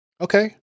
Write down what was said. Okay